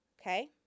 okay